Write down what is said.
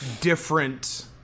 different